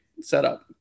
setup